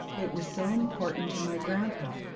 it was so important to my grandpa.